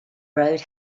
road